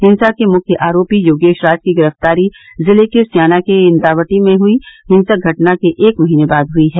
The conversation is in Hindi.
हिंसा के मुख्य आरोपी योगेश राज की गिरफ्तारी जिले के स्याना के इन्द्रावटी में हई हिसंक घटना के एक महीने बाद हई है